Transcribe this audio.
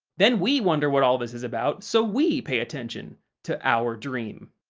then we wonder what all this is about, so we pay attention to our dream.